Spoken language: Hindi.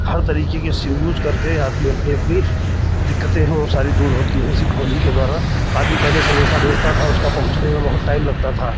हर तरीके के सिम यूज़ करके ही आदमी अपने अपनी दिक्कतें हैं वो सारी दूर होती हैं इसी फौन ही के द्वारा आदमी पहले संदेशा भेजता था उसका पहुँचने में बहुत टाइम लगता था